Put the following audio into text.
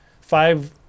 five